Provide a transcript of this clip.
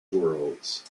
worlds